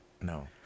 No